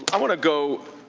i want to go